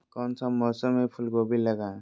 कौन सा मौसम में फूलगोभी लगाए?